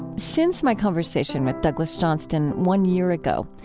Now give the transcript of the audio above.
since my conversation with douglas johnston one year ago,